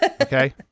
Okay